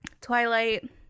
Twilight